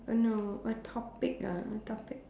no a topic ah a topic